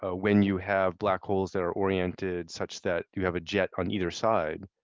ah when you have black holes that are oriented such that you have a jet on either side,